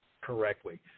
correctly